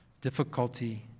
difficulty